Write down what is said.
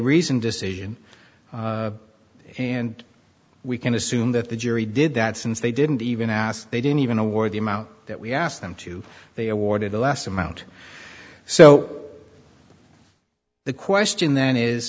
reasoned decision and we can assume that the jury did that since they didn't even ask they didn't even award the amount that we asked them to they awarded a lesser amount so the question then is